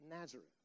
Nazareth